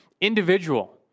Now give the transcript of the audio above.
Individual